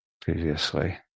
previously